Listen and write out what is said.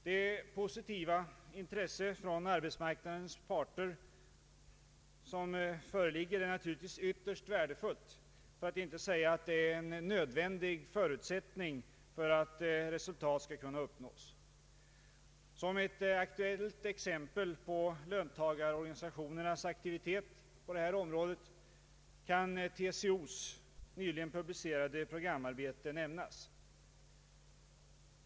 Detta positiva intresse från arbetsmarknadens parter är naturligtvis ytterst värdefullt, för att inte säga att det är en nödvändig förutsättning för att resultat skall kunna uppnås. Som ett aktuellt exempel på löntagarorganisationernas aktivitet på det här området kan TCO:s nyligen publicerade programarbete nämnas.